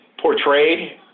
portrayed